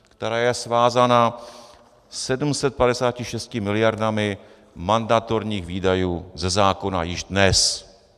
Která je svázána 756 miliardami mandatorních výdajů ze zákona již dnes.